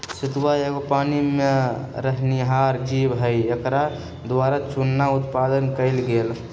सितुआ एगो पानी में रहनिहार जीव हइ एकरा द्वारा चुन्ना उत्पादन कएल गेल